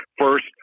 first